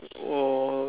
oh